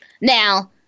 Now